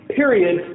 period